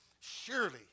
Surely